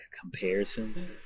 comparison